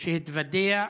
צעיר שהתוודע,